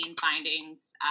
findings